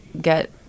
get